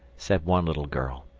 said one little girl.